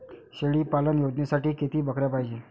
शेळी पालन योजनेसाठी किती बकऱ्या पायजे?